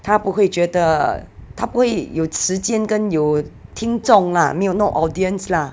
她不会觉得她不会有时间跟有听众啦没有 no audience lah